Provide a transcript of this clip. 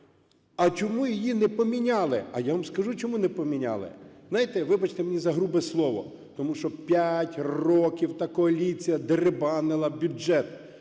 А чому її не поміняли? А я вам скажу чому не поміняли. Знаєте, вибачте мені за грубе слово, тому що 5 років та коаліція дерибанила бюджет.